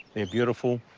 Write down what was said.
they're beautiful,